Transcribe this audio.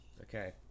okay